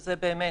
שזה באמת